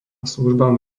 službám